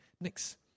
Next